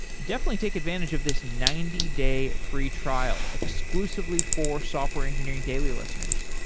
definitely take advantage of this ninety day free trial exclusively for software engineering daily listeners,